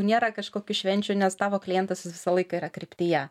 nėra kažkokių švenčių nes tavo klientas visą laiką yra kryptyje